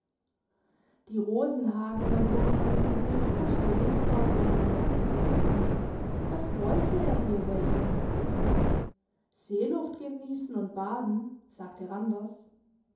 die rosenhagener wunderten sich und die rixdorfer wunderten sich was wollte er hier bei ihnen seeluft geniessen und baden sagte randers